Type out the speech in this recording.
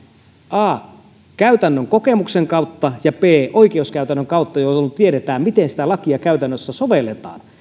a käytännön kokemuksen kautta ja b oikeuskäytännön kautta jolloin tiedetään miten sitä lakia käytännössä sovelletaan